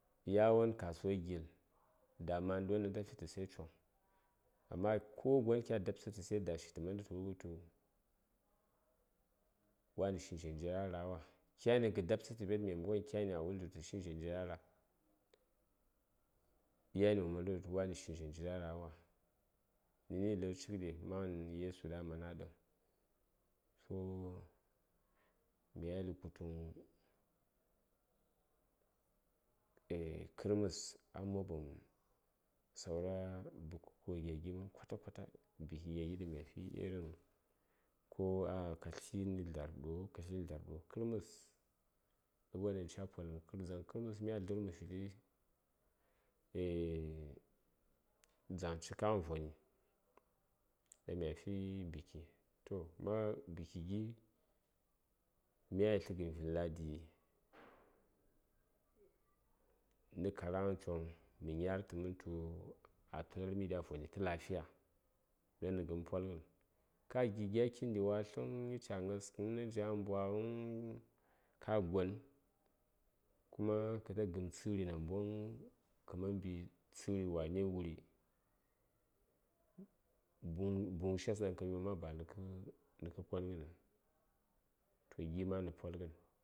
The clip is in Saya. yawon kasuwa gil da mandə won dan tafi tə sai coŋ amma gon ko kya daptsətə sai dai dashi tə manda tə wulghətu wani shin zha njiri a rawa kyani kə daptsətə ɓet maimako kyani a wultə tu tə shin dzha njiri a ra; yani ghən mana wultu wani shin dzha njiri a ra; nə ni lər cik ɗe maghənɗi yesu ɗaŋ a man a ɗəŋ so mya yeli ɗaŋ kutuŋ mya yeli kutuŋ eah kərməs a mobəm saura bukukuwa gya gi mən kwata kwata buki gya gi ɗaŋ mya fi irin ko ka tli nə dlar ɗo ka tli nə dlar ɗo dzaŋ kərməs labwon ɗaŋ ca poləm a kərməs mya dlər mə gin eah dzaŋ cikaghhən voni ɗaŋ mya fi buki toh ma buki myayi tləgən vinladi nə kara ghən coŋ mə nyər tə mən tu a tularmi a voni tə rai tə lafiya yan nə ghən polghən ka gi gya kin ɗi watləŋ nyici a ngaskəŋ nanjaŋ a mbwaghən yan nə ghənghə polghən ka gonəŋ kuma kəta gəm tsəri namboŋ kəman mbi tsəri wane wuri guŋshes ɗaŋ ka nyom ma ba nə konghəniŋ toh gi ma nə ghənghə polghən